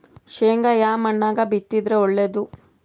ಶೇಂಗಾ ಯಾ ಮಣ್ಣಾಗ ಬಿತ್ತಿದರ ಒಳ್ಳೇದು?